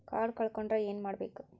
Card ಕಳ್ಕೊಂಡ್ರ ಏನ್ ಮಾಡಬೇಕು?